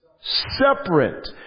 separate